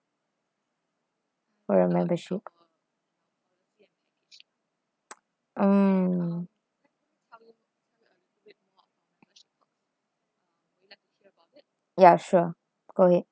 for your membership mm ya sure go ahead